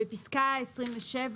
" (6)בפסקה (27),